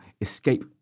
Escape